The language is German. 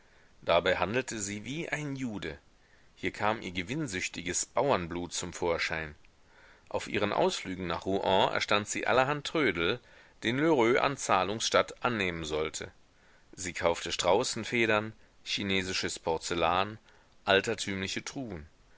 dabei handelte sie wie ein jude hier kam ihr gewinnsüchtiges bauernblut zum vorschein auf ihren ausflügen nach rouen erstand sie allerhand trödel den lheureux an zahlungs statt annehmen sollte sie kaufte straußenfedern chinesisches porzellan altertümliche truhen